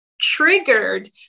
triggered